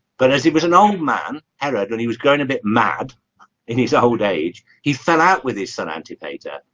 but as it was an old man herod when he was growing a bit mad in his old age he fell out with his son antipater,